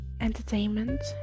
entertainment